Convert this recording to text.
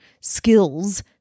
skills